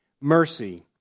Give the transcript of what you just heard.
mercy